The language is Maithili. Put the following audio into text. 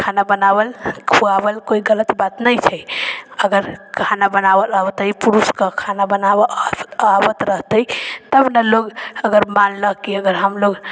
खाना बनावल खुआबल कोइ गलत बात नहि छै अगर खाना बनावल अबतै पुरुषके खाना बनावल आबत रहतै तब ने लोक अगर मानिलऽ अगर हमलोक